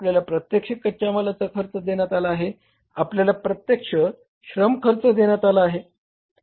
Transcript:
आपल्याला प्रत्यक्ष कच्या मालाचा खर्च देण्यात आला आहे आपल्याला प्रत्यक्ष श्रम खर्च देण्यात आला आहे